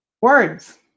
Words